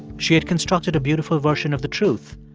she had constructed a beautiful version of the truth,